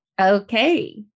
Okay